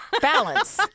Balance